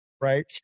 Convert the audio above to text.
right